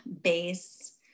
base